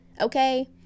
okay